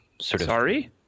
Sorry